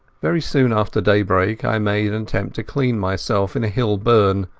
very soon after daybreak i made an attempt to clean myself in a hill burn,